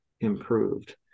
improved